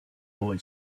boy